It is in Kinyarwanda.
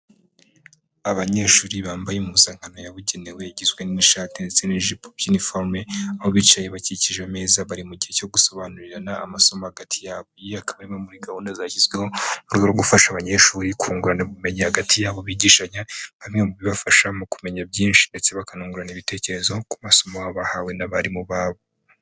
Abanyeshuri bambaye impuzankano yabugenewe igizwe n'ishati ndetse n'jipo by'iniforume, aho bicaye bakikije ameza bari mu gihe cyo gusobanurirana amasomo hagati yabo, iyi akaba ari imwe muri gahunda zashyizweho mu rwego rwo gufasha abanyeshuri kungurana ubumenyi hagati yabo bigishanya, nka bimwe mu bibafasha mu kumenya byinshi, ndetse bakanungurana ibitekerezo ku masomo bahawe n'abarimu babo.